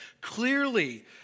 Clearly